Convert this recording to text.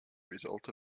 result